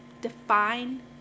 define